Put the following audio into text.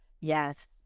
Yes